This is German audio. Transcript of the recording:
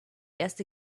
erste